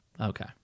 okay